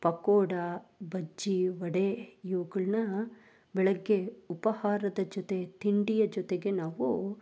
ಪಕೋಡ ಬಜ್ಜಿ ವಡೆ ಇವುಗಳನ್ನ ಬೆಳಗ್ಗೆ ಉಪಹಾರದ ಜೊತೆ ತಿಂಡಿಯ ಜೊತೆಗೆ ನಾವು